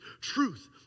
Truth